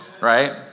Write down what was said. right